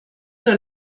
zur